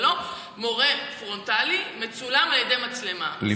זה לא מורה פרונטלי מצולם על ידי מצלמה,